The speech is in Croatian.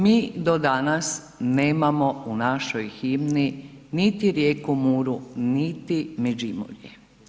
Mi do danas nemamo u našoj himni niti rijeku Muru, niti Međimurje.